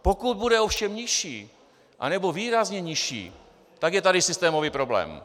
Pokud bude ovšem nižší, anebo výrazně nižší, tak je tady systémový problém.